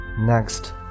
Next